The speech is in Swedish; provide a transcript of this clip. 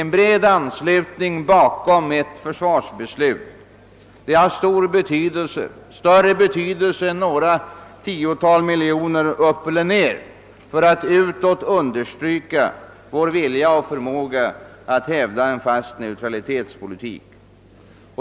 En bred uppslutning bakom ett försvarsbeslut har stor betydelse — en större betydelse än några tiotal miljoner mer eller mindre — för att utåt understryka vår vilja och förmåga att hävda en fast neutralitetspolitik.